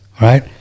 right